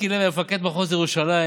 מיקי לוי היה מפקד מחוז ירושלים.